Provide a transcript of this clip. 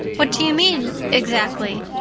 what do you mean exactly?